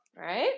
Right